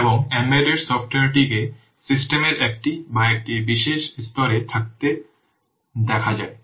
এবং এমবেডেড সফটওয়্যারটিকে সিস্টেমের একটি বা একটি বিশেষ স্তরে থাকতে দেখা যায়